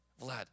Vlad